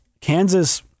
Kansas